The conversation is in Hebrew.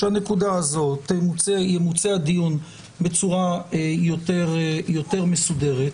שבנקודה הזאת ימוצה הדיון בצורה יותר מסודרת,